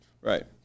Right